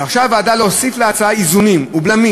דרשה הוועדה להוסיף להצעה איזונים ובלמים